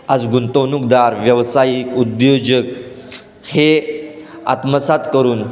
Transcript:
आज गुंतवणूकदार व्यावसायिक उद्योजक हे आत्मसात करून